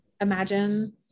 imagine